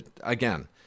again